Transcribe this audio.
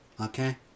okay